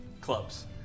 clubs